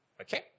Okay